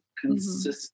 consistent